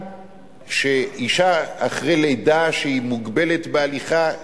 אשה אחרי לידה שהיא מוגבלת בהליכה,